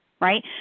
right